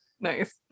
nice